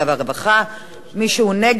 הוא רוצה להסיר את הנושא מסדר-היום.